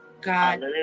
God